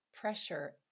pressure